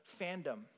fandom